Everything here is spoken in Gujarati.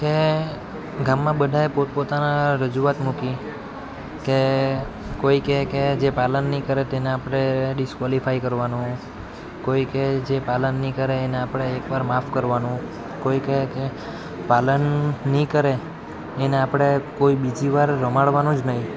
ને ગામમાં બધાએ પોતપોતાનાં રજૂઆત મૂકી કે કોઈ કહે જે પાલન નહીં કરે તેને આપણે ડિસકોલિફાય કરવાનો કોઈ કહે જે પાલન નહીં કરે એને આપણે એક વાર માફ કરવાનું કોઈ કહે કે પાલન નહીં કરે એને આપણે કોઈ બીજી વાર રમાડવાનું જ નહીં